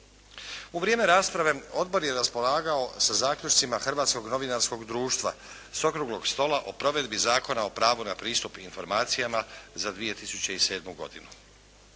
U vrijeme rasprave odbor je raspolagao sa zaključcima Hrvatskog novinarskog društva, s okruglog stola o provedbi Zakona o pravu na pristup informacijama za 2007. godinu.